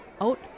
out